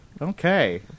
Okay